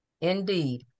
Indeed